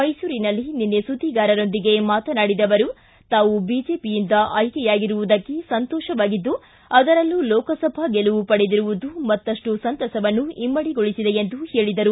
ಮೈಸೂರಿನಲ್ಲಿ ನಿನ್ನ ಸುದ್ದಿಗಾರರೊಂದಿಗೆ ಮಾತನಾಡಿದ ಅವರು ತಾವು ಬಿಜೆಪಿಯಿಂದ ಆಯ್ಕೆಯಾಗಿರುವುದಕ್ಕೆ ಸಂತೋಷವಾಗಿದ್ದು ಅದರಲ್ಲೂ ಲೋಕಸಭಾ ಗೆಲುವು ಪಡೆದಿರುವುದು ಮತ್ತಷ್ಟು ಸಂತಸವನ್ನು ಇಮ್ಮಡಿಗೊಳಿಸಿದೆ ಎಂದು ಹೇಳಿದರು